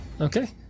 Okay